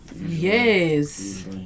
Yes